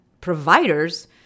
providers